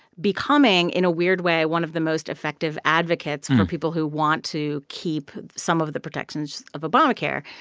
becoming, in a weird way, one of the most effective advocates for people who want to keep some of the protections of obamacare.